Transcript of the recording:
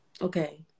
Okay